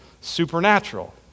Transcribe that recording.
supernatural